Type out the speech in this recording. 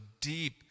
deep